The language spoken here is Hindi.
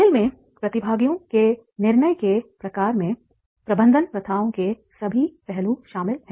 खेल में प्रतिभागियों के निर्णय के प्रकार में प्रबंधन प्रथाओं के सभी पहलू शामिल हैं